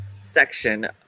section